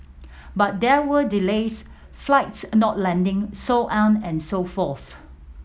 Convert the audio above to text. but there were delays flights not landing so on and so forth